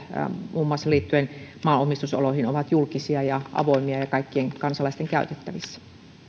muun muassa liittyen maanomistusoloihin ovat julkisia ja avoimia ja kaikkien kansalaisten käytettävissä